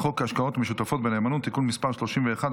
השקעות משותפות נאמנות (תיקון מס' 31),